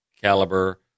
caliber